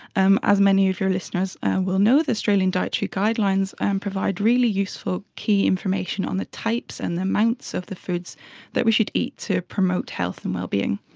um as many of your listeners will know, the australian dietary guidelines um provide really useful key information on the types and the amounts of the foods that we should eat to promote health and well-being.